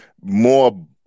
more